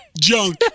junk